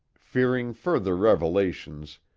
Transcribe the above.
fearing further revelations,